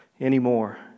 anymore